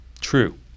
True